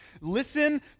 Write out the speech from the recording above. listen